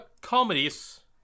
comedies